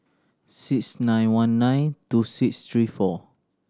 six nine one nine two six three four